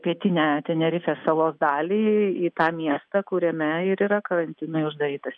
pietinę tenerifės salos dalį į tą miestą kuriame ir yra karantinui uždarytas